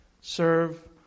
serve